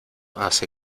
hace